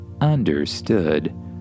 understood